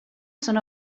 són